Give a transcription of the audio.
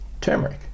turmeric